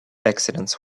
accidents